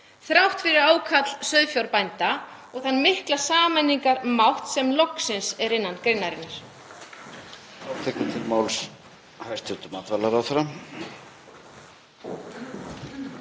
þrátt fyrir ákall sauðfjárbænda og þann mikla sameiningarmátt sem loksins er innan greinarinnar.